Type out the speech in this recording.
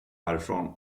härifrån